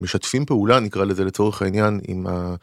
'משתפים פעולה' נקרא לזה לצורך העניין, עם ה